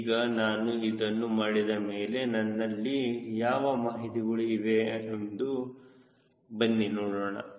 ಈಗ ನಾನು ಇದನ್ನು ಮಾಡಿದ ಮೇಲೆ ನನ್ನಲ್ಲಿ ಯಾವ ಮಾಹಿತಿಗಳು ಇವೆ ಬನ್ನಿ ನೋಡೋಣ